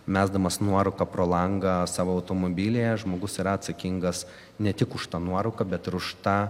mesdamas nuorūką pro langą savo automobilyje žmogus yra atsakingas ne tik už tą nuorūką bet ir už tą